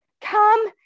Come